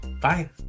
Bye